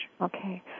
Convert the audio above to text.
Okay